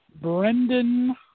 Brendan